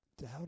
Doubt